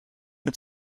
het